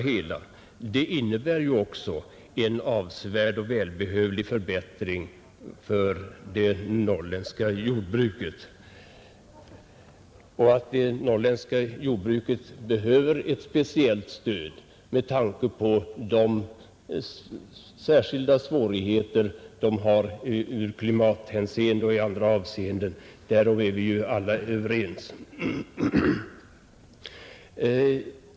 Förslaget innebär ju också en avsevärd och välbehövlig förbättring för det norrländska jordbruket. Att det norrländska jordbruket behöver ett speciellt stöd med tanke på de särskilda svårigheterna i klimathänseende och i andra avseenden är vi alla överens om.